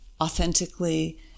authentically